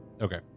Okay